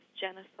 genocide